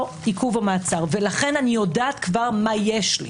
עיכוב או מעצר לכן אני יודעת כבר מה יש לי,